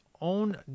own